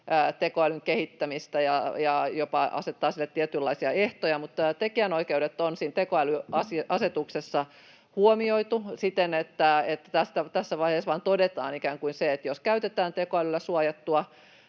tekoälyn kehittämistä ja jopa asettavat sille tietynlaisia ehtoja, niin tekijänoikeudet on siinä tekoälyasetuksessa huomioitu siten, että tässä vaiheessa vain todetaan ikään kuin se, että jos käytetään tekijänoikeuksien